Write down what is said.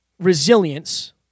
resilience